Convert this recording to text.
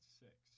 six